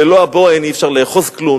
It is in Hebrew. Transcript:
ללא הבוהן אי-אפשר לאחוז כלום,